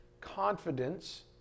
confidence